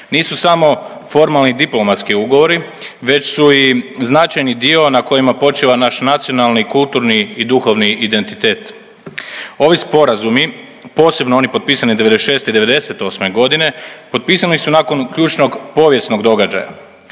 nisu samo formalni diplomatski ugovori već su i značajni dio na kojima počiva naš nacionalni, kulturni i duhovni identitet. Ovi sporazumi posebno oni potpisani '96. i '8.g. potpisani su nakon ključnog povijesnog događaja.